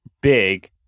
big